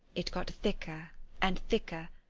it got thicker and thicker,